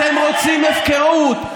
אתם רוצים הפקרות,